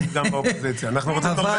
אני רוצה לומר